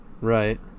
right